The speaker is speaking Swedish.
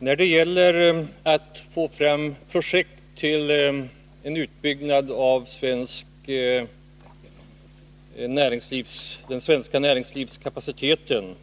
Herr talman! Alla vet att det är ett besvärligt arbete att få fram projekt till en utbyggnad av den svenska näringslivskapaciteten.